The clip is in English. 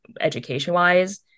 education-wise